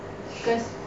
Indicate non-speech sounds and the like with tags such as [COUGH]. [BREATH]